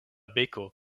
beko